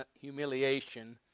humiliation